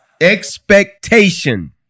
Expectation